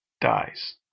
dies